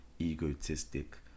egotistic